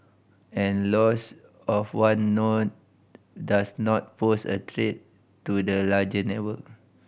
and loss of one node does not pose a threat to the larger network